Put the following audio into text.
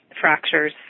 Fractures